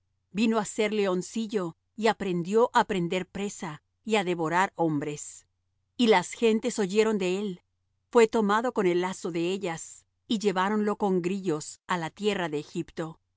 vino á ser leoncillo y aprendió á prender presa y á devorar hombres y las gentes oyeron de él fué tomado con el lazo de ellas y lleváronlo con grillos á la tierra de egipto